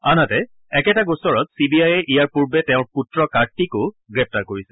আনহাতে একেটা গোচৰত চি বি আইয়ে ইয়াৰ পূৰ্বে তেওঁৰ পুত্ৰ কাৰ্তিকো গ্ৰেপ্তাৰ কৰিছে